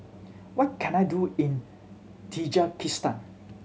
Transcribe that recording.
what can I do in Tajikistan